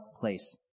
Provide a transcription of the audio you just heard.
place